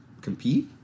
compete